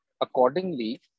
accordingly